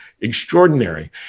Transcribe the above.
extraordinary